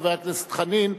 חבר הכנסת חנין,